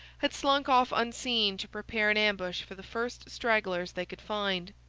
had slunk off unseen to prepare an ambush for the first stragglers they could find.